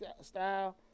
style